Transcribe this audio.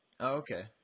Okay